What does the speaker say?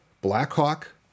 Blackhawk